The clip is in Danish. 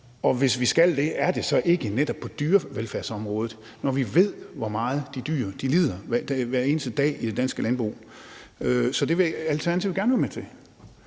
Og hvis vi skal det, er det så ikke netop på dyrevelfærdsområdet, når vi ved, hvor meget de dyr lider hver eneste dag i det danske landbrug? Så det vil Alternativet gerne være med til.